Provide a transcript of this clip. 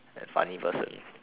and funny person